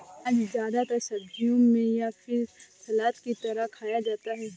प्याज़ ज्यादातर सब्जियों में या फिर सलाद की तरह खाया जाता है